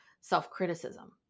self-criticism